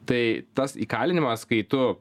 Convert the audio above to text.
tai tas įkalinimas kai tu